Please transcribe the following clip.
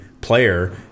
player